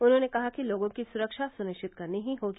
उन्होंने कहा कि लोगों की सुरक्षा सुनिश्चित करनी ही होगी